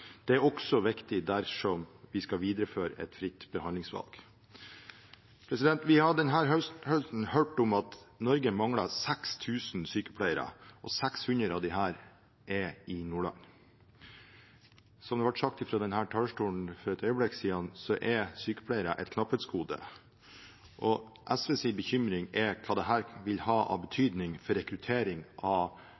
er også viktig dersom vi skal videreføre et fritt behandlingsvalg. Vi har denne høsten hørt om at Norge mangler 6 000 sykepleiere, og Nordland mangler 600. Som det ble sagt fra denne talerstolen for et øyeblikk siden, er sykepleiere et knapphetsgode, og SVs bekymring er hva dette vil få av